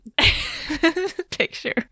picture